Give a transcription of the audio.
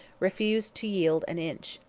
refused to yield an inch.